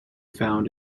found